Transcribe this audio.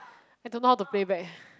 I don't know how to play back